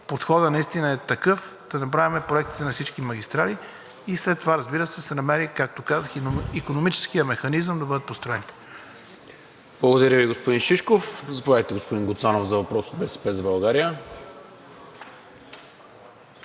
подходът наистина е такъв – да направим проектите на всички магистрали. След това, разбира се, да се намери, както казах, и икономическият механизъм да бъдат построени. ПРЕДСЕДАТЕЛ НИКОЛА МИНЧЕВ: Благодаря Ви, господин Шишков. Заповядайте, господин Гуцанов, за въпрос от „БСП за България“.